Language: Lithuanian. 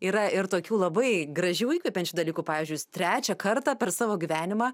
yra ir tokių labai gražių įkvepiančių dalykų pavyzdžiui jūs trečią kartą per savo gyvenimą